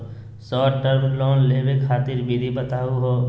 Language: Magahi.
शार्ट टर्म लोन लेवे खातीर विधि बताहु हो?